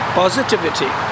positivity